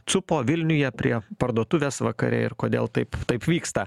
cupo vilniuje prie parduotuvės vakare ir kodėl taip taip vyksta